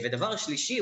דבר שלישי,